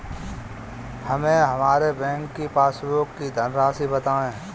हमें हमारे बैंक की पासबुक की धन राशि बताइए